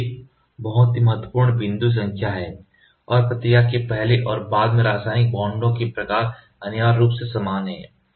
यह एक बहुत ही महत्वपूर्ण बिंदु संख्या है और प्रतिक्रिया के पहले और बाद में रासायनिक बांड के प्रकार अनिवार्य रूप से समान हैं